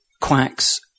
quacks